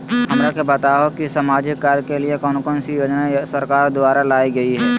हमरा के बताओ कि सामाजिक कार्य के लिए कौन कौन सी योजना सरकार द्वारा लाई गई है?